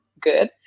good